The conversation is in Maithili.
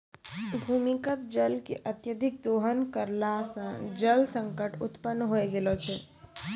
भूमीगत जल के अत्यधिक दोहन करला सें जल संकट उत्पन्न होय गेलो छै